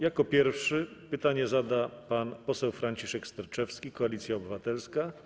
Jako pierwszy pytanie zada pan poseł Franciszek Sterczewski, Koalicja Obywatelska.